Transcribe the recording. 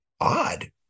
odd